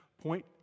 point